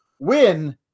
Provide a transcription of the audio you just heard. Win